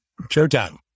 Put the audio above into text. Showtime